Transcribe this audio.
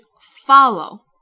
follow